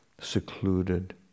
secluded